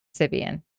Sibian